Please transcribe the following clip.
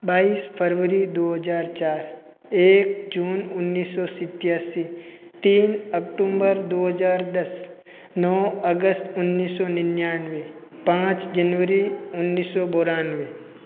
बाईस फ़रवरी दो हजार चार एक जून उन्नीस सौ सत्तासी तीन अक्टुम्बर अक्टूबर दो हजार दस नौ अगस्त उन्नीस सौ निन्यानवे पाँच जनवरी उन्नीस सौ वानवे